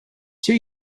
two